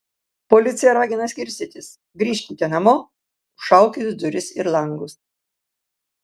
policija ragina skirstytis grįžkite namo užšaukit duris ir langus